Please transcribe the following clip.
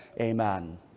Amen